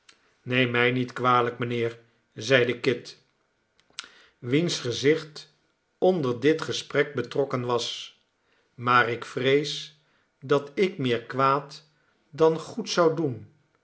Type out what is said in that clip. neem mij niet kwalijk mijnheer i zeide kit wiens gezicht onder dit gesprek betrokken was maar ik vrees dat ik meer kwaad dan goed zou doen